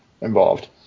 involved